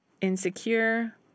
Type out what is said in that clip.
Insecure